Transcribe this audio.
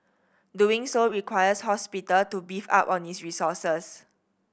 doing so requires hospital to beef up on its resources